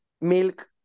milk